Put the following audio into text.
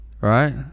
Right